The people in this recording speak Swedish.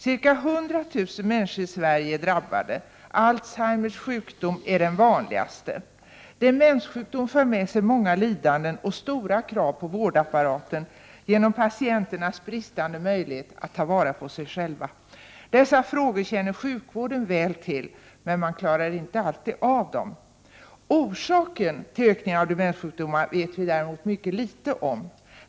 Ca 100 000 människor i Sverige är drabbade. Alzheimers sjukdom är den vanligaste. Demenssjukdomar för med sig många lidanden och stora krav på vårdapparaten på grund av patienternas bristande möjlighet att ta vara på sig själva. Dessa frågor känner sjukvården väl till, men man klarar inte alltid av dem. Orsaken till ökningen av demenssjukdomar vet vi däremot mycket litet om.